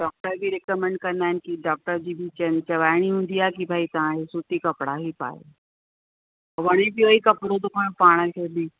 doctor बि recommend कंदा आहिनि कि डॉक्टर जी बि च चवाइणी हूंदी आहे कि भई तव्हां सूती कपिड़ा ई पायो वणे बि इहो ई कपिड़ो थो पाण खे बि